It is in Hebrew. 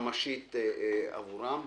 ממשית עבורם.